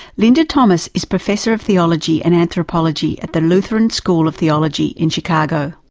linda thomas is professor of theology and anthropology at the lutheran school of theology in chicago.